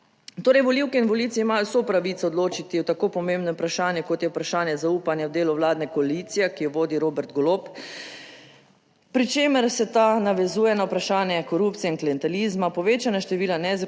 Torej, volivke in volivci imajo vso pravico odločiti o tako pomembnem vprašanju, kot je vprašanje zaupanja v delo vladne koalicije, ki jo vodi Robert Golob, pri čemer se ta navezuje na vprašanje korupcije in klientelizma, povečanja števila nezakonitih